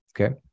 Okay